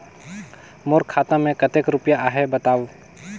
मोर खाता मे कतेक रुपिया आहे बताव?